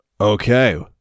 Okay